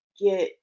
get